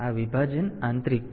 તેથી આ વિભાજન આંતરિક છે